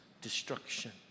destruction